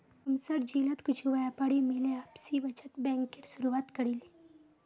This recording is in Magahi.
हमसार जिलात कुछु व्यापारी मिले आपसी बचत बैंकेर शुरुआत करील